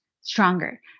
stronger